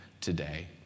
today